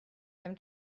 them